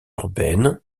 urbaine